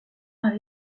par